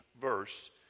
verse